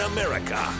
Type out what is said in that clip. America